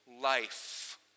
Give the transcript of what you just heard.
life